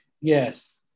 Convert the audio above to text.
Yes